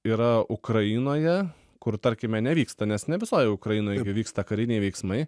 yra ukrainoje kur tarkime nevyksta nes ne visoj ukrainoj gi vyksta kariniai veiksmai